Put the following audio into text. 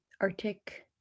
Arctic